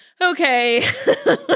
okay